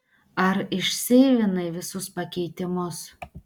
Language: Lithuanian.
ar išseivinai visus pakeitimus